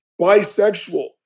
bisexual